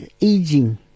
aging